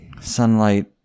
Sunlight